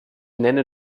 nenne